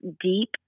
deep